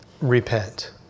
repent